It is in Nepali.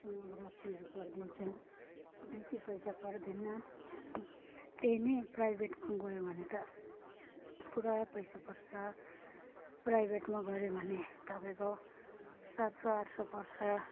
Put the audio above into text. सोनोग्राफीहरू गरिदिन्छ बेसी पैसा पर्दैन त्यही नै प्राइभेटमा गयो भने त पुरा पैसा पर्छ प्राइभेटमा गऱ्यो भने तपाईँको सात सौ आठ सौ पर्छ